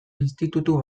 institutu